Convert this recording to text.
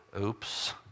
oops